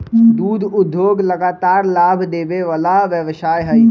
दुध उद्योग लगातार लाभ देबे वला व्यवसाय हइ